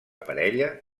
parella